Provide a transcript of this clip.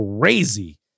crazy